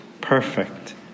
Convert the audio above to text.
perfect